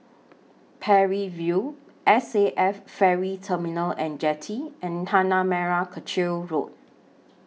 Parry View S A F Ferry Terminal and Jetty and Tanah Merah Kechil Road